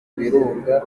birunga